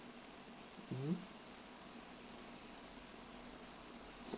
mm